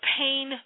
pain